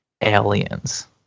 Aliens